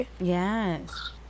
yes